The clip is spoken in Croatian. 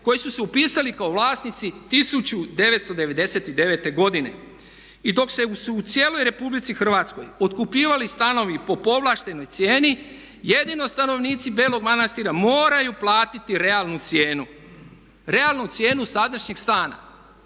koji su se upisali kao vlasnici 1999. godine. I dok su se u cijeloj RH otkupljivali stanovi po povlaštenoj cijeni jedino stanovnici Belog Manastira moraju platiti realnu cijenu, realnu cijenu sadašnjeg stana.